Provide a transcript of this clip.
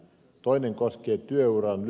toinen koskee työuran